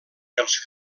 els